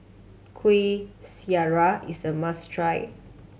Kuih Syara is a must try